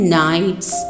nights